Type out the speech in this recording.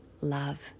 love